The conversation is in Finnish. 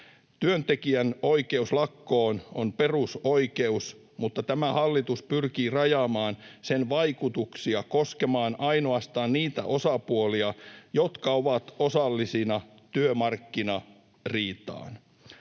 Työntekijän oikeus lakkoon on perusoikeus, mutta tämä hallitus pyrkii rajaamaan sen vaikutuksia koskemaan ainoastaan niitä osapuolia, jotka ovat osallisina työmarkkinariitaan.